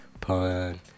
Pun